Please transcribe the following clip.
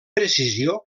precisió